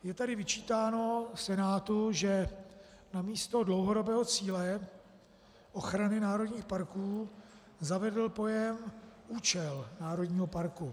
Je tady vyčítáno Senátu, že namísto dlouhodobého cíle ochrany národních parků zavedl pojem účel národního parku.